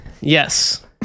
Yes